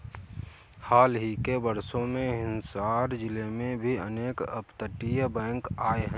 हाल ही के वर्षों में हिसार जिले में भी अनेक अपतटीय बैंक आए हैं